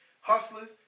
hustlers